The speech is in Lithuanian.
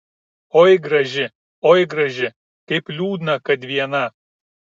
oi graži oi graži kaip liūdna kad viena